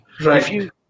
Right